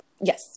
Yes